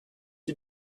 you